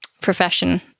profession